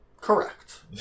Correct